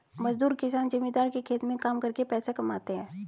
मजदूर किसान जमींदार के खेत में काम करके पैसा कमाते है